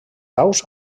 aus